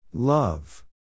Love